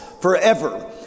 forever